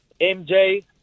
MJ